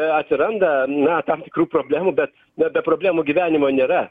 atsiranda na tam tikrų problemų bet be problemų gyvenimo nėra